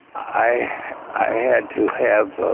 i i had to have a